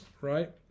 right